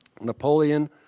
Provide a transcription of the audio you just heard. Napoleon